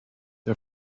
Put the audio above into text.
der